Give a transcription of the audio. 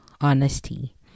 honesty